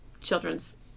children's